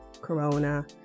Corona